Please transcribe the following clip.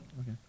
Okay